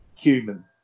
human